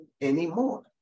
anymore